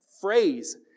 phrase